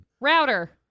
Router